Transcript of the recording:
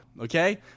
Okay